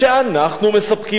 שאנחנו מספקים להם.